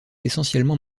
essentiellement